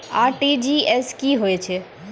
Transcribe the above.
RTGS की होय छै?